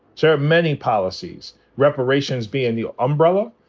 so many policies, reparations being the umbrella.